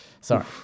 Sorry